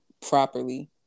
properly